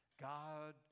God